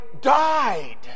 died